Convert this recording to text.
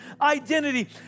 identity